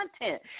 content